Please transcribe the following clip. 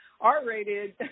R-rated